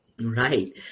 Right